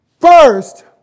First